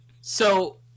So-